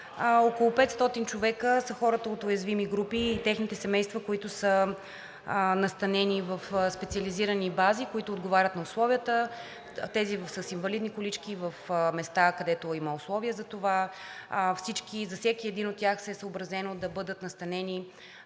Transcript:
около 500 човека са хората от уязвими групи и техните семейства, които са настанени в специализирани бази, които отговарят на условията. Тези с инвалидни колички в места, където има условия за това. За всеки един от тях е съобразено да бъдат настанени